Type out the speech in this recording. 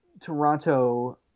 Toronto